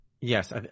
Yes